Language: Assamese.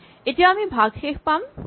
এতিয়া আমি ভাগশেষ পাম ৪